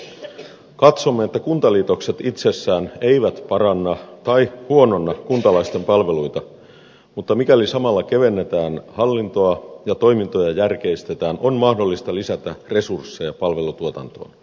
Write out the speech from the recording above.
katsomme että kuntaliitokset itsessään eivät paranna tai huononna kuntalaisten palveluita mutta mikäli samalla kevennetään hallintoa ja toimintoja järkeistetään on mahdollista lisätä resursseja palvelutuotantoon